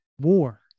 war